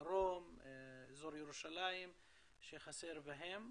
הדרום ואזור ירושלים שחסר בהם.